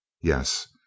Yes